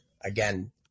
again